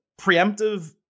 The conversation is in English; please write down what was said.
preemptive